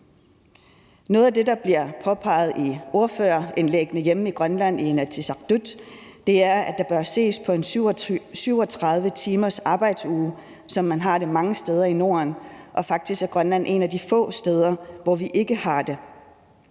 Noget af det, der bliver påpeget i ordførerindlæggene i Inatsisartut hjemme i Grønland er, at der bør ses på en 37-timersarbejdsuge, som man har det mange steder i Norden. Faktisk er Grønland et af de få steder, hvor vi ikke har det.